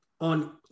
on